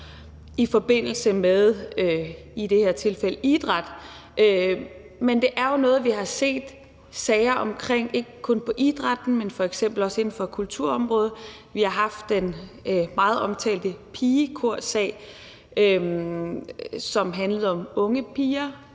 i forbindelse med i det her tilfælde idræt, at det jo er noget, vi har set sager omkring, ikke kun i forhold til idrætten, men f.eks. også inden for kulturområdet. Vi har haft den meget omtalte pigekorssag, som handlede om unge piger,